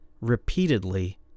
repeatedly